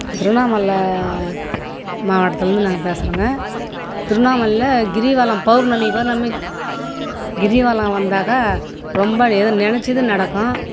திருவண்ணாமலை மாவட்டத்தில் இருந்து நாங்கள் பேசுகிறோங்க திருவண்ணாமலைல கிரிவலம் பெளர்ணமி பெளர்ணமி கிரிவலம் வந்தாக்கா ரொம்ப எது நினைச்சது நடக்கும்